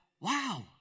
wow